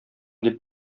дип